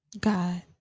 God